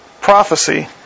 prophecy